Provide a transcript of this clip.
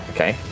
Okay